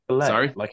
Sorry